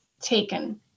taken